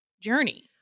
journey